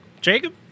Jacob